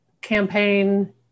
campaign